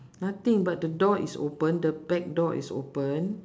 nothing but the door is open the back door is open